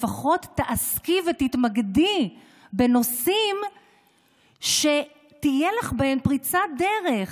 לפחות תעסקי ותתמקדי בנושאים שתהיה לך בהם פריצת דרך,